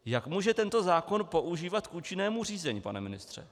Jak může tento zákon používat k účinnému řízení, pane ministře?